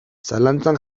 zalantzan